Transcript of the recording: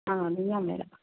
ആ അത് ഞാൻ വരാം